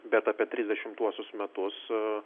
bet apie trisdešimtuosius metus